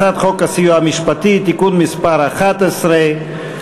הצעת חוק הסיוע המשפטי (תיקון מס' 11),